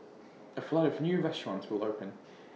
A flood of new restaurants will open